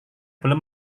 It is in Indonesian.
belum